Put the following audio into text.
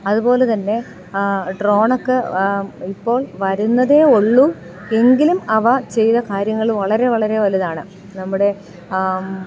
അതുപോലെ തന്നെ ഡ്രോണൊക്കെ ഇപ്പോൾ വരുന്നതേ ഉള്ളൂ എങ്കിലും അവ ചെയ്ത കാര്യങ്ങൾ വളരെ വളരെ വലുതാണ് നമ്മുടെ